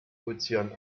ozean